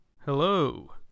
Hello